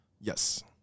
Yes